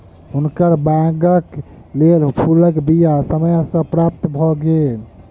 हुनकर बागक लेल फूलक बीया समय सॅ प्राप्त भ गेल